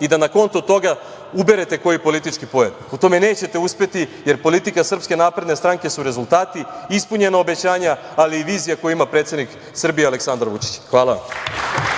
i da na konto toga uberete koji politički poen. U tome nećete uspeti, jer politika SNS su rezultati, ispunjena obećanja, ali i vizija koju ima predsednik Srbije Aleksandar Vučić. Hvala.